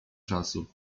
czasu